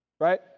Right